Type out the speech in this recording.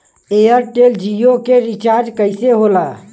Airtel Jio के recharge कैसे होला?